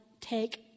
take